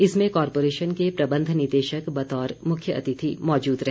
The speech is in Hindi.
इसमें कॉरपोरेशन के प्रबंध निदेशक बतौर मुख्य अतिथि मौजूद रहे